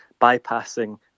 bypassing